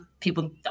people